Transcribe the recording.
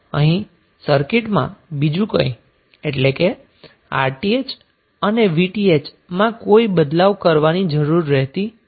અહીં સર્કિંટમાં બીજું કંઈ એટલે કે RTh અને VTh માં કોઈ બદલાવ કરવાની જરૂર રહેતી નથી